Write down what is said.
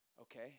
Okay